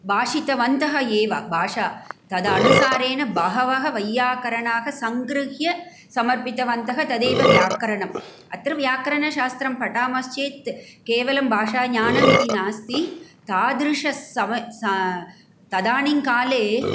भाषितवन्तः एव भाषा तदनुसारेण बहवः वैयाकरणाः संगृह्य समर्पितवन्तः तदेव व्याकरणम् अत्र व्याकरणशास्त्रं पठामश्चेत् केवलं भाषाज्ञानम् इति नास्ति तादृश तदानीङ्काले